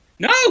No